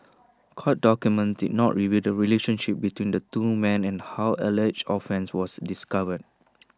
court documents did not reveal the relationship between the two men and how alleged offence was discovered